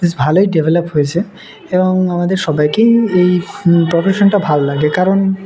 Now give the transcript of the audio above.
বেশ ভালোই ডেভেলপ হয়েছে এবং আমাদের সবাইকেই এই প্রফেশনটা ভালো লাগে কারণ